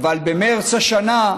ובשש השנים האלה